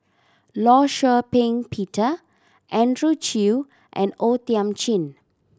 Law Shau Ping Peter Andrew Chew and O Thiam Chin